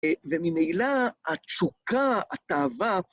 וממילא התשוקה, התאווה...